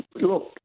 look